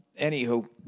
Anywho